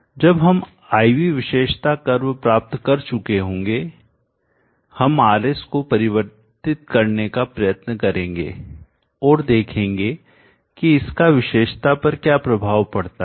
जब हम I V विशेषता कर्व प्राप्त कर चुके होंगे हम RS को परिवर्तित करने का प्रयत्न करेंगे और देखेंगे कि इसका विशेषता पर क्या प्रभाव पड़ता है